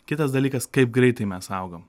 kitas dalykas kaip greitai mes augam